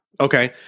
Okay